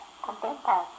contenta